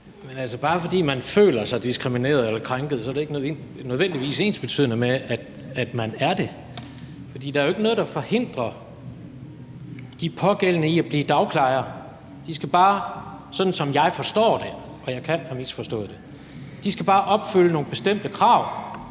Men altså, bare fordi man føler sig diskrimineret eller krænket, er det ikke nødvendigvis ensbetydende med, at man er det. Der er jo ikke noget, der forhindrer de pågældende i at blive dagplejere. De skal bare, sådan som jeg forstår det, og jeg kan have misforstået det, opfylde nogle bestemte krav